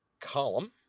column